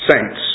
saints